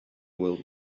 will